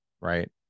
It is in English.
Right